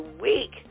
week